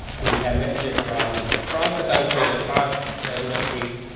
and we have messages from across the country, across industries,